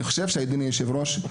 אדוני היושב ראש,